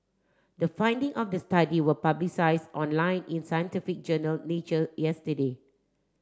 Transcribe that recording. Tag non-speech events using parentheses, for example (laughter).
the finding of the study were (unintelligible) online in scientific journal Nature yesterday